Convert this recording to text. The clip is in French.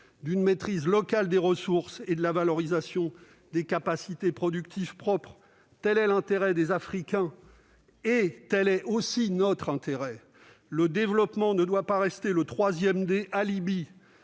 une maîtrise locale des ressources et la valorisation de capacités productives propres. Tel est l'intérêt des Africains ; tel est aussi notre intérêt. Le développement ne doit pas rester le troisième « D »,